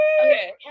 Okay